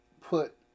put